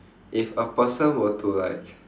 if a person were to like